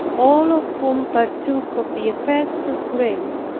all of whom partook of the effects of grace,